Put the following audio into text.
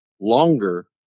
longer